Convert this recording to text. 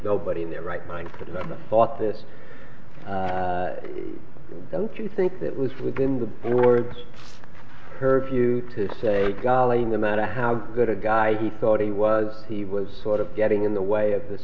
nobody in their right mind for them thought this don't you think that was within the board's purview to say golly no matter how good a guy you thought he was he was sort of getting in the way of this